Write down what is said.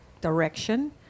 direction